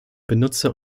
benutzer